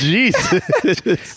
Jesus